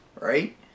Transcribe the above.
right